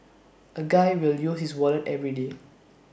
A guy will use his wallet everyday